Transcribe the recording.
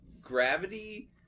gravity